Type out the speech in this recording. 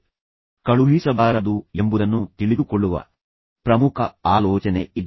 ಆದ್ದರಿಂದ ಇಮೇಲ್ಗಳನ್ನು ಹೇಗೆ ಕಳುಹಿಸಬಾರದು ಎಂಬುದನ್ನು ನೀವು ತಿಳಿದುಕೊಳ್ಳಬೇಕಾದ ಪ್ರಮುಖ ಆಲೋಚನೆ ಇದು